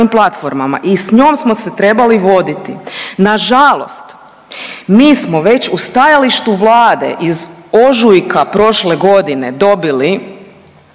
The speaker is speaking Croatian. platformama i s njom smo se trebali voditi. Nažalost, mi smo već u stajalištu Vlade iz ožujka prošle godine dobili